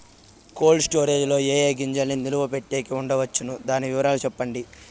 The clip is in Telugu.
కోల్డ్ స్టోరేజ్ లో ఏ ఏ గింజల్ని నిలువ పెట్టేకి ఉంచవచ్చును? దాని వివరాలు సెప్పండి?